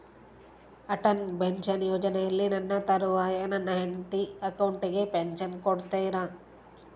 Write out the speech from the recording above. Atal pension ಯೋಜನೆಯಲ್ಲಿ ನನ್ನ ತರುವಾಯ ನನ್ನ ಹೆಂಡತಿ ಅಕೌಂಟಿಗೆ ಪೆನ್ಶನ್ ಕೊಡ್ತೇರಾ?